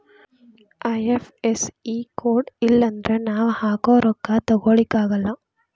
IFSC code ಇಲ್ಲನ್ದ್ರ ನಾವ್ ಹಾಕೊ ರೊಕ್ಕಾ ತೊಗೊಳಗಿಲ್ಲಾ